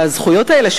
הזכויות האלה,